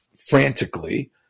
frantically